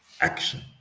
action